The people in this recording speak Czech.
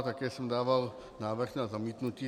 A také jsem dával návrh na zamítnutí.